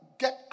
get